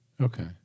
Okay